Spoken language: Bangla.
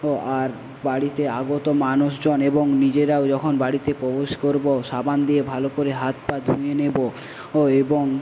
আর বাড়িতে আগত মানুষজন এবং নিজেরাও যখন বাড়িতে প্রবেশ করবো সাবান দিয়ে ভালো করে হাত পা ধুয়ে নেবো ও এবং